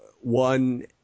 one